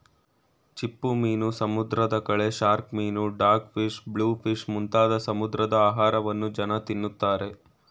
ಚಿಪ್ಪುಮೀನು, ಸಮುದ್ರದ ಕಳೆ, ಶಾರ್ಕ್ ಮೀನು, ಡಾಗ್ ಫಿಶ್, ಬ್ಲೂ ಫಿಲ್ಮ್ ಮುಂತಾದ ಸಮುದ್ರದ ಆಹಾರವನ್ನು ಜನ ತಿನ್ನುತ್ತಾರೆ